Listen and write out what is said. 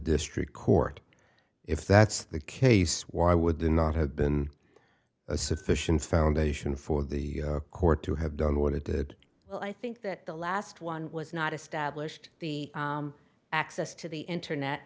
district court if that's the case why would there not have been a sufficient foundation for the court to have done what it did well i think that the last one was not established the access to the internet